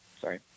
Sorry